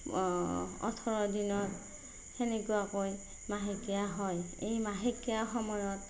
ওঠৰ দিনত সেনেকুৱাকৈ মাহেকীয়া হয় এই মাহেকীয়াৰ সময়ত